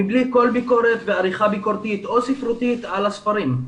מבלי כל ביקורת ועריכה ביקורתית או ספרותית על הספרים.